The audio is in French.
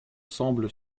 semble